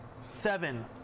seven